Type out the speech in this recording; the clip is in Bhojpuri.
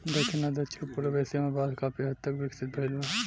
दखिन आ दक्षिण पूरब एशिया में बांस काफी हद तक विकसित भईल बा